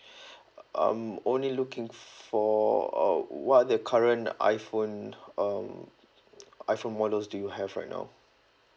I'm only looking for uh what are the current iphone um iphone models do you have right now